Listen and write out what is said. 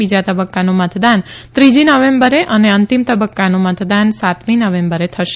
બીજા તબક્કાનું મતદાન ત્રીજી નવેમ્બરે અને અંતિમ તબક્કાનું સાતમી નવેમ્બરે થશે